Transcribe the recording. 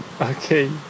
Okay